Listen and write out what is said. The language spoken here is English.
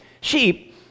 Sheep